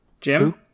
Jim